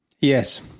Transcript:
Yes